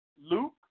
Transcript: Luke